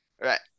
Right